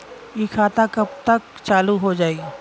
इ खाता कब तक चालू हो जाई?